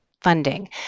funding